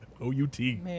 O-U-T